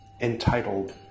entitled